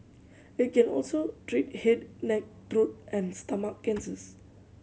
it can also treat head neck throat and stomach cancers